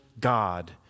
God